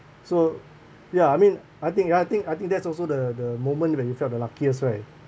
so ya I mean I think I think I think that's also the the moment when you felt the luckiest right